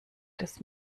des